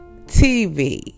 TV